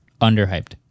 Underhyped